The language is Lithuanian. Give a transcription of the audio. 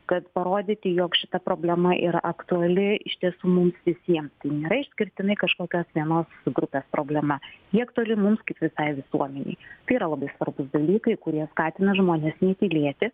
kad parodyti jog šita problema yra aktuali iš tiesų mums visiems nėra išskirtinai kažkokios vienos grupės problema ji aktuali mums kaip visai visuomenei tai yra labai svarbūs dalykai kurie skatina žmones netylėti